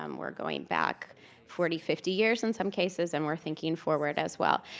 um we're going back forty fifty years in some cases and we're thinking forward as well.